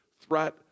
threat